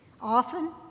Often